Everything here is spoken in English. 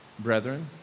Brethren